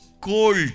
cold